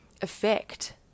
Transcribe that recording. effect